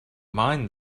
mind